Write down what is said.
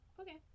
Okay